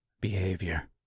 behavior